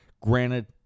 Granted